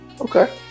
Okay